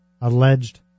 alleged